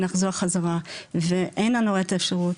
נחזור חזרה ואין לנו את האפשרות,